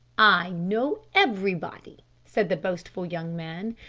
i know everybody, said the boastful young man,